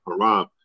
Haram